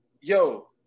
yo